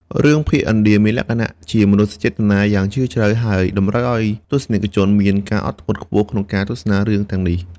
រឿងភាគឥណ្ឌាមានលក្ខណៈជាមនោសញ្ចេតនាយ៉ាងជ្រាលជ្រៅហើយតម្រូវឲ្យទស្សនិកជនមានការអត់ធ្មត់ខ្ពស់ក្នុងការទស្សនារឿងទាំងនេះ។